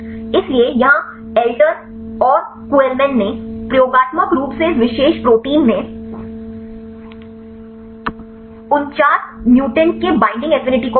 इसलिए यहां एलेटर और कुहलमैन ने प्रयोगात्मक रूप से इस विशेष प्रोटीन सही में 49 म्यूटेंट केबईंडिंग एफिनिटी को मापा